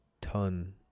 ton